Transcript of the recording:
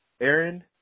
Aaron